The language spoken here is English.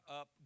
up